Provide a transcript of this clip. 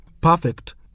Perfect